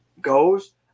goes